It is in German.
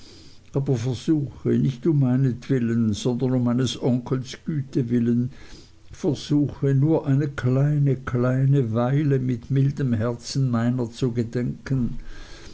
aber versuche nicht um meinetwillen sondern um meines onkels güte willen versuche nur eine kleine kleine weile mit mildem herzen meiner zu gedenken